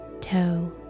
toe